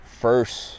first